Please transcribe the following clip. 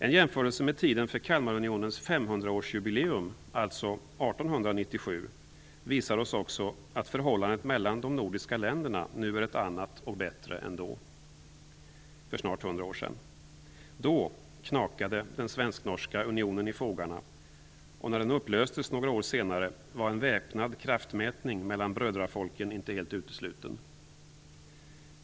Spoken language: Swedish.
En jämförelse med tiden för Kalmarunionens 500 års jubileum, dvs. 1897, visar oss också att förhållandet mellan de nordiska länderna nu är ett annat och bättre än för snart 100 år sedan. Då knakade den svensk-norska unionen i fogarna. När den upplöstes några år senare var en väpnad kraftmätning mellan brödrafolken inte helt utesluten.